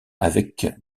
avec